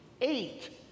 eight